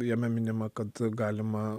jame minima kad galima